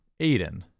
Aiden